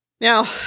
Now